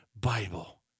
Bible